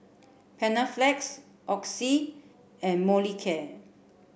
Panaflex Oxy and Molicare